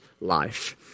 life